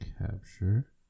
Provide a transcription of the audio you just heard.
capture